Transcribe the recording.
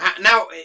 Now